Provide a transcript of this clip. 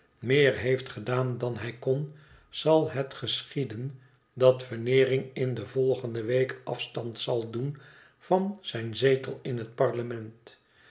meer heeft gedaan dan hij kon zal het geschieden dat veneering in de volgende week afstand zal doen van zijn zetel in het parlement